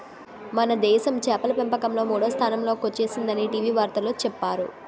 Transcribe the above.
మనదేశం చేపల పెంపకంలో మూడో స్థానంలో కొచ్చేసిందని టీ.వి వార్తల్లో చెప్పేరు